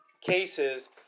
cases